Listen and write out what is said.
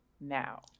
now